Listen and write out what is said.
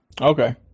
Okay